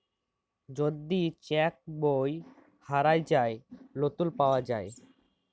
যদি চ্যাক বই হারাঁয় যায়, লতুল পাউয়া যায়